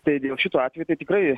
tai dėl šitų atvejų tai tikrai